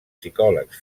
psicòlegs